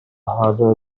harder